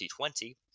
2020